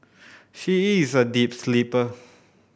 she is a deep sleeper